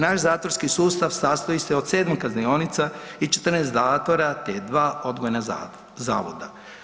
Naš zatvorski sustav sastoji se od 7 kaznionica i 14 zatvora te 2 odgojna zavoda.